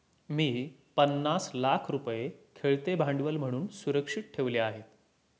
मी पन्नास लाख रुपये खेळते भांडवल म्हणून सुरक्षित ठेवले आहेत